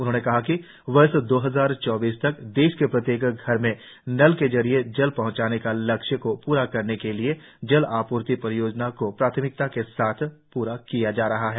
उन्होंने कहा कि वर्ष दो हजार चौबीस तक देश के प्रत्येक घर में नल के जरिए जल पहंचाने का लक्ष्य को पूरा करने के लिए जल आपूर्ति परियोजनाओं को प्राथमिकता के साथ पूरा किया जा रहा है